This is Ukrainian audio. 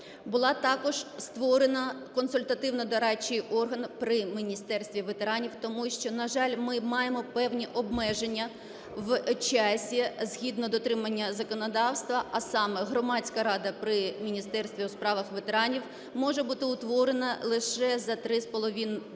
Було також створено консультативно-дорадчий орган при Міністерстві ветеранів, тому що, на жаль, ми маємо певні обмеження в часі згідно дотримання законодавства, а саме: Громадська рада при Міністерстві у справах ветеранів може бути утворена лише за три